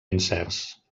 incerts